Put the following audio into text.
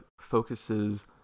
focuses